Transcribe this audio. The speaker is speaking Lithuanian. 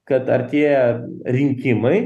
kad artėja rinkimai